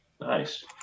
Nice